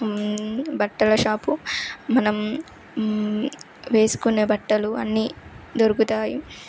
బట్టల షాపు మనం వేసుకొనే బట్టలు అన్నీ దొరుకుతాయి